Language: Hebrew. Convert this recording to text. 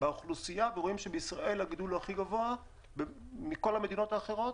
באוכלוסייה ורואים שבישראל הגידול הוא הגבוה מבין המדינות האחרות.